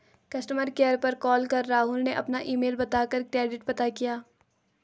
customer care पर call कर राहुल ने अपना ईमेल बता कर क्रेडिट पता किया